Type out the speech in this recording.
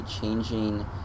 changing